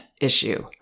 issue